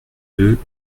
deux